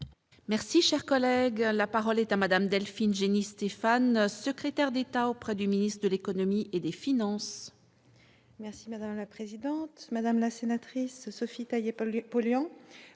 Merci, cher collègue, la parole est à madame Delphine Gény-Stéphann, secrétaire d'État auprès du ministre de l'Économie et des Finances. Merci madame la présidente, madame la sénatrice Sophie par les polluants